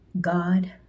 God